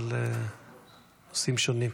אבל הנושאים שונים.